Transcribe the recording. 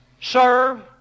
Serve